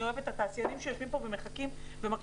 אני אוהבת את התעשיינים שיושבים פה ומחכים ומקשיבים.